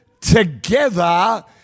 together